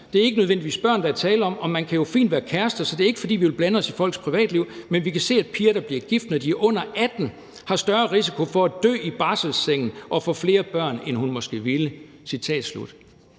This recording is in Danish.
»Det er ikke nødvendigvis børn, der er tale om, og man kan jo fint være kærester, så det er ikke, fordi vi vil blande os i folks privatliv. Men vi kan se, at piger, der bliver gift, når de er under 18, har større risiko for at dø i barselssengen og få flere børn, end de måske ville«.